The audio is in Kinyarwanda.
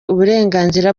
uburenganzira